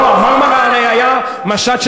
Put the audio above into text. זה לא היה מאבק מזוין,